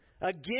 Again